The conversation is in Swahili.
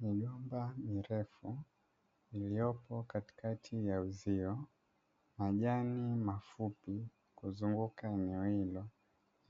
Migomba mirefu iliyopo katikati ya uzio, majani mafupi kuzunguka eneo hilo